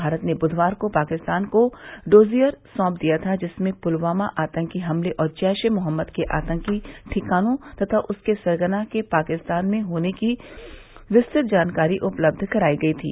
भारत ने बुधवार को पाकिस्तान को डोजियर सौंप दिया था जिसमें पुलवामा आतंकी हमले और जैरो मोहम्मद के आतंकी ठिकानों तथा उसके सरगना के पाकिस्तान में होने की विस्तृत जानकारी उपलब्ध कराई गई थी